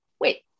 wait